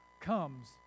comes